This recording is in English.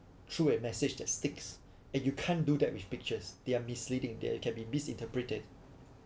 through a message that sticks that you can't do that with pictures they are misleading they can be misinterpreted